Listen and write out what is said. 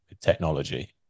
technology